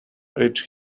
rich